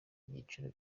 ibyiciro